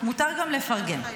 מותר גם לפרגן.